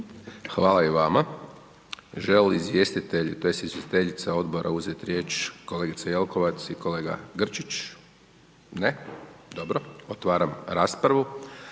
to jest izvjestiteljica Odbora uzeti riječ, kolegica Jelkovac i kolega Grčić? Ne, dobro. Otvaram raspravu.